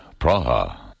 Praha